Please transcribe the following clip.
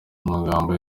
amagambo